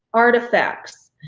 artifacts,